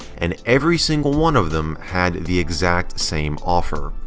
and every single one of them had the exact same offer.